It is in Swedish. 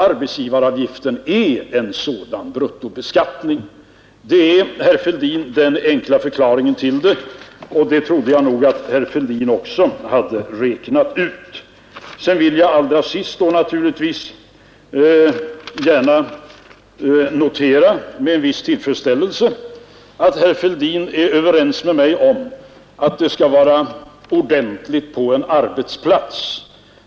arbetsgivaravgiften är en sådan bruttobeskattning. Detta är, herr Fälldin, den enkla förklaringen, och den trodde jag nog att herr Fälldin också hade räknat ut. Allra sist vill jag med en viss tillfredsställelse gärna notera att herr Fälldin är överens med mig om att det skall vara ordentligt på en arbetsplats.